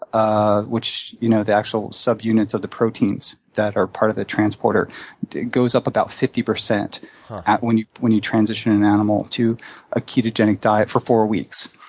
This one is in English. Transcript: ah you know the actual subunits of the proteins that are part of the transporter goes up about fifty percent when you when you transition an animal to a ketogenic diet for four weeks.